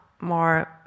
more